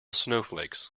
snowflakes